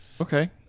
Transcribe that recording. Okay